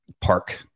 park